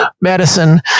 medicine